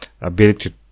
ability